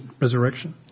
resurrection